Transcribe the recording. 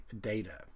data